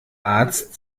arzt